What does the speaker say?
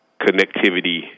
connectivity